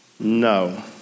No